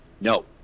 No